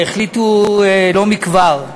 הצעת החוק עברה בקריאה טרומית ותועבר לוועדת העבודה,